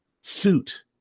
suit